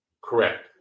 Correct